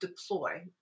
deploy